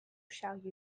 shall